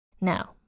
Now